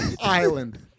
island